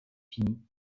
finis